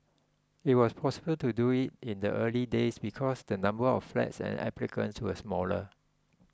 it was possible to do it in the early days because the number of flats and applicants were smaller